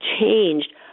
changed